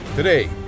Today